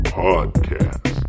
podcast